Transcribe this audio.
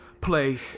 play